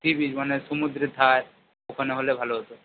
C beach মানে সমুদ্রের ধার ওখানে হলে ভালো হতো